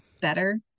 better